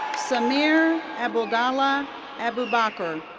samir abdallah abubaker.